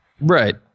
Right